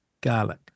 garlic